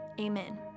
Amen